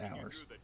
hours